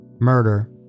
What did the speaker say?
murder